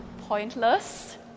pointless